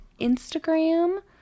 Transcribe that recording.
Instagram